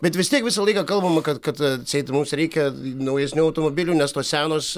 bet vis tiek visą laiką kalbama kad kad atseit mums reikia naujesnių automobilių nes tos senos